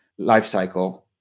lifecycle